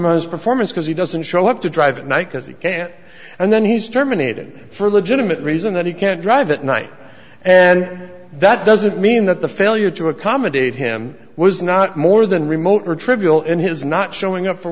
those performance because he doesn't show up to drive at night because he can't and then he's terminated for legitimate reason that he can't drive at night and that doesn't mean that the failure to accommodate him was not more than remotely trivial in his not showing up for